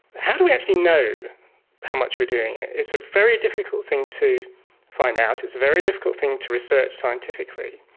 how do we actually know how much we are doing it? it's a very difficult thing to find out, it's a very difficult thing to research scientifically,